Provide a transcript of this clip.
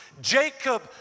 Jacob